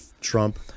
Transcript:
Trump